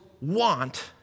want